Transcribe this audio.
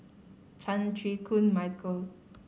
Chan Chew Koon Michael